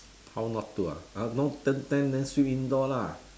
how not to ah no tan tan then sleep indoor lah